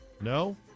No